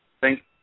Thank